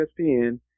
ESPN